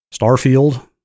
Starfield